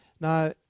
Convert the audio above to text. Now